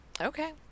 Okay